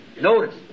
Notice